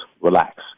relax